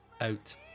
out